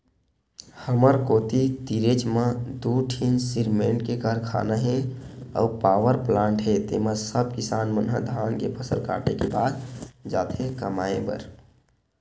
हमर कोती तीरेच म दू ठीन सिरमेंट के कारखाना हे अउ पावरप्लांट हे तेंमा सब किसान मन ह धान के फसल काटे के बाद जाथे कमाए बर